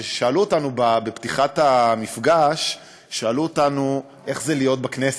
שאלו אותנו בפתיחת המפגש איך זה להיות בכנסת.